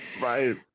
Right